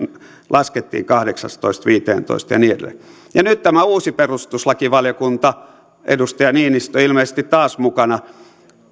laskettiin kahdeksastatoista viiteentoista ja niin edelleen ja nyt tämä uusi perustuslakivaliokunta edustaja niinistö ilmeisesti taas mukana